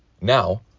now